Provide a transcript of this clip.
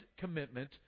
commitment